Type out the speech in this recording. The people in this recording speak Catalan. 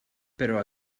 però